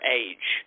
age